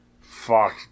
Fuck